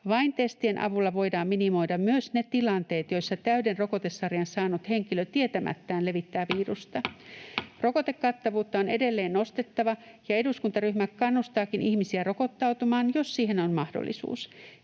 Vain testien avulla voidaan minimoida myös ne tilanteet, joissa täyden rokotesarjan saanut henkilö tietämättään levittää virusta. Rokotekattavuutta on edelleen nostettava, ja eduskuntaryhmä kannustaakin ihmisiä rokottautumaan, jos siihen on mahdollisuus.